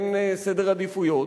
אין סדר עדיפויות,